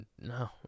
no